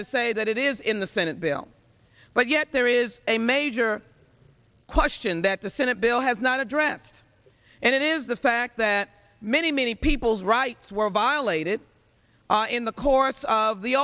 to say that it is in the senate bill but yet there is a major question that the senate bill has not addressed and it is the fact that many many people's rights were violated in the course of the